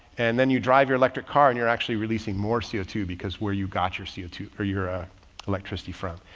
and then you drive your electric car and you're actually releasing more c o two because where you got your c o two or your ah electricity from,